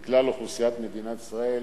בכלל אוכלוסיית מדינת ישראל,